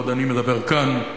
בעוד אני מדבר כאן,